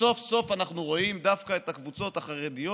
סוף-סוף אנחנו רואים דווקא את הקבוצות החרדיות